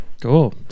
Cool